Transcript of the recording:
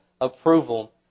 approval